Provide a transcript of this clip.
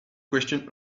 question